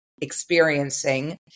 experiencing